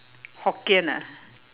Hokkien ah